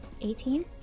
eighteen